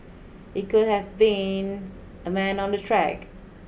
it could have been a man on the track